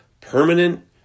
permanent